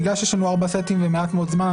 בגלל שיש לנו ארבעה סטים ומעט מאוד זמן,